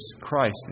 Christ